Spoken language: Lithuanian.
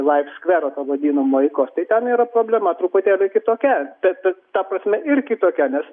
laif skvero to vadinamo eikos tai ten yra problema truputėlį kitokia bet ta prasme ir kitokia nes